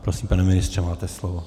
Prosím, pane ministře, máte slovo.